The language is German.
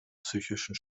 psychischen